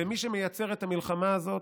ומי שמייצר את המלחמה הזאת,